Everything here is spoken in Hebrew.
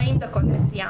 40 דקות נסיעה,